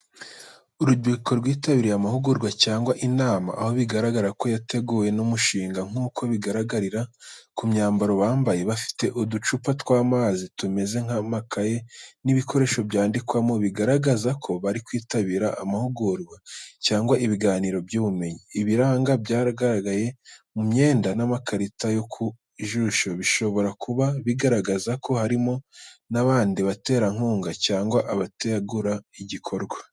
Urubyiruko rwitabiriye amahugurwa cyangwa inama, aho bigaragara ko yateguwe n’umushinga, nk’uko bigaragarira ku myambaro bambaye. Bafite uducupa tw'amazi ku meza, amakaye n’ibikoresho byandikwamo, bigaragaza ko bari kwitabira amahugurwa cyangwa ibiganiro by’ubumenyi. Ibirango byagaragaye ku myenda n’amakarita yo ku ijosi bishobora kuba bigaragaza ko harimo n’abandi baterankunga cyangwa abategura igikorwa.